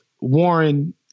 Warren